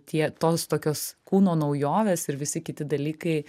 tie tos tokios kūno naujovės ir visi kiti dalykai